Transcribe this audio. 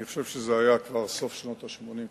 אני חושב שזה היה כבר סוף שנות ה-80,